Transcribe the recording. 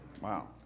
wow